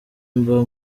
mba